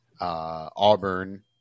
Auburn